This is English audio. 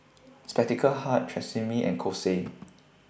Spectacle Hut Tresemme and Kose